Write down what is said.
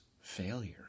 failure